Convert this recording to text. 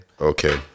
Okay